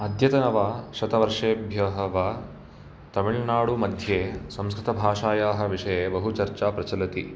अद्यतन वा शतवर्षेभ्यः वा तमिल्नाडु मध्ये संस्कृतभाषायाः विषये बहु चर्चा प्रचलति